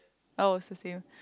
oh is the same